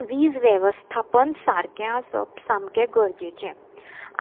वीज वेवस्थापन सारकें आसप सामकें गरजेचें